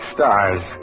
Stars